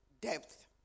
depth